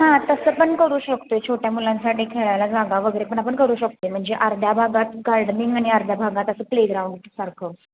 हां तसं पण करू शकतो आहे छोट्या मुलांसाठी खेळायला जागा वगैरे पण आपण करू शकतो आहे म्हणजे अर्ध्या भागात गार्डनिंग आणि अर्ध्या भागात असं प्लेग्राउंडसारखं